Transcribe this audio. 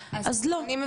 אז אני ניסיתי,